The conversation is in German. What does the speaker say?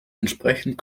entsprechend